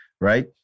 right